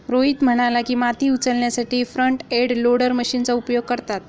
रोहित म्हणाला की, माती उचलण्यासाठी फ्रंट एंड लोडर मशीनचा उपयोग करतात